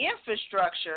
infrastructure